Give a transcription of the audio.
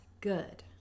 good